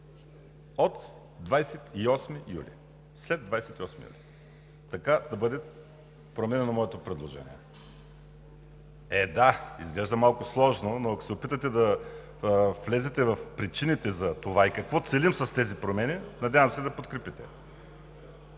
от 28 юли“, след 28 юли. Така да бъде променено моето предложение. Е, да – изглежда малко сложно, но ако се опитате да влезете в причините за това и какво целим с тези промени, надявам се да подкрепите.